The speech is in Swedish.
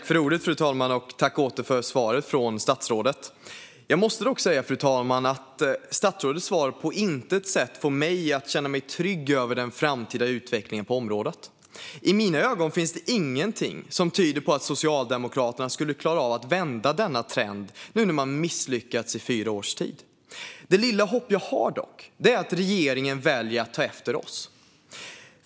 Fru talman! Jag tackar åter statsrådet för svaret. Jag måste dock säga att statsrådets svar på intet sätt får mig att känna mig trygg över den framtida utvecklingen på området. I mina ögon finns det ingenting som tyder på att Socialdemokraterna skulle klara av att vända denna trend, nu när man misslyckats i fyra års tid. Det lilla hopp jag dock har är att regeringen väljer att ta efter oss.